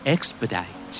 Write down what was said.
Expedite